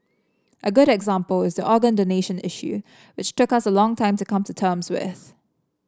a good example is the organ donation issue which took us a long time to come to terms with